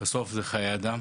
בסוף מדובר בחיי אדם.